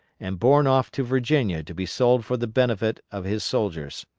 and borne off to virginia to be sold for the benefit of his soldiers.